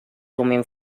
thummim